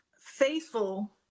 faithful